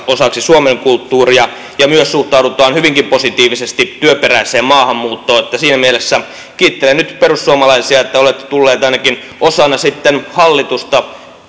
osaksi suomen kulttuuria ja myös suhtaudutaan hyvinkin positiivisesti työperäiseen maahanmuuttoon siinä mielessä kiittelen nyt perussuomalaisia että olette tulleet ainakin osana hallitusta